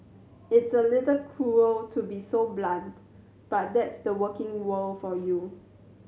it's a little cruel to be so blunt but that's the working world for you